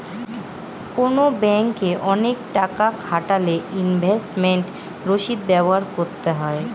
কোনো ব্যাঙ্কে অনেক টাকা খাটালে ইনভেস্টমেন্ট রসিদ ব্যবহার করতে হয়